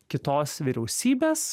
kitos vyriausybės